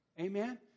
Amen